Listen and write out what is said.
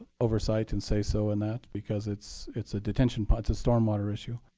oversight and say so in that because it's it's a detention but it's a stormwater issue.